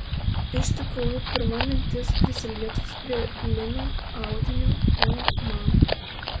iš tikrųjų pirma mintis prisilietus prie lino audinio o mama